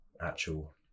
actual